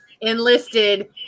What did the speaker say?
enlisted